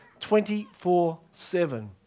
24-7